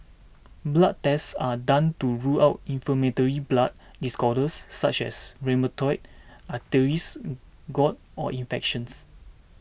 blood tests are done to rule out inflammatory blood disorders such as rheumatoid arthritis gout or infections